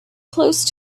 close